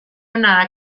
ona